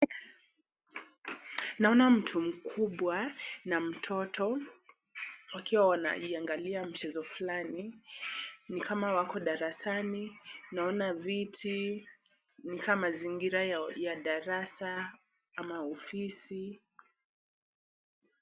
Naona mtu mkubwa na mtoto wakiwa wanaiangalia mchezo flani ni kama wako darasani. Naona viti ni ka mazingira ya darasa ama ofisi.